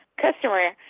customer